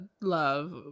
love